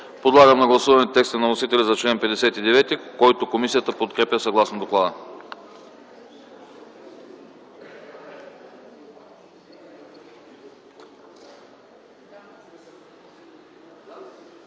Подлагам на гласуване текста на вносителя за чл. 59, който комисията подкрепя, съгласно доклада.